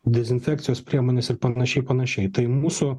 dezinfekcijos priemonės ir panašiai ir panašiai tai mūsų